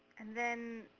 and then,